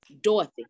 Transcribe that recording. Dorothy